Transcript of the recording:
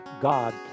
God